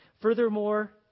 Furthermore